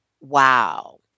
wow